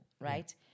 right